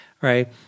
right